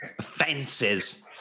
fences